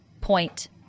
point